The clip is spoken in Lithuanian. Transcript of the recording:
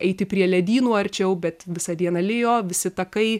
eiti prie ledynų arčiau bet visą dieną lijo visi takai